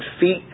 feet